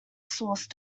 source